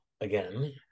again